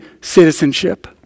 citizenship